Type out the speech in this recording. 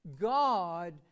God